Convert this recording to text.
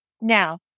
Now